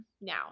now